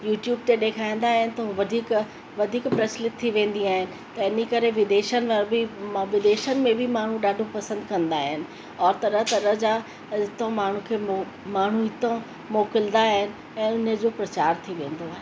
YouTube ते ॾेखारींदा आहिनि त उहो वधीक वधीक प्रचलित थी वेंदी आहिनि त इनकरे विदेशनि मां बि म विदेशन में बि माण्हू ॾाढो पसंदि कंदा आहिनि और तरह तरह जा अॼु खां माण्हुनि खे मां माण्हू हितां मोकिलींदा आहिनि ऐं हुन जो प्रचार थी वेंदो आहे